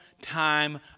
time